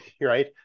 right